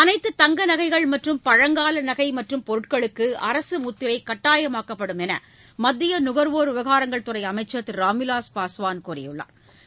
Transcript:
அனைத்து தங்க நகைகள் மற்றும் பழங்கால நகை மற்றும் பொருட்களுக்கு அரசு முத்திரை கட்டாயமாக்கப்படும் என்று மத்திய நுகாவோர் விவகாரங்கள் துறை அமைச்ச் திரு ராம்விலாஸ் பாஸ்வான் கூறியுள்ளா்